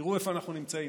תראו איפה אנחנו נמצאים.